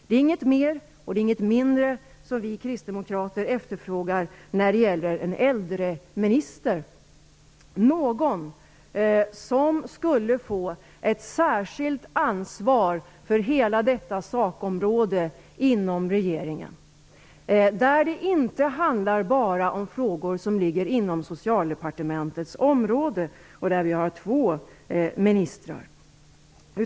Det är varken något mer eller något mindre som vi kristdemokrater efterfrågar när det gäller en äldreminister: någon som skulle få ett särskilt ansvar för hela detta sakområde inom regeringen. Det handlar inte bara om frågor som ligger inom Socialdepartementets område, där vi har två ministrar.